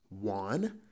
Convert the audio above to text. one